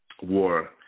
war